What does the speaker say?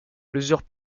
plusieurs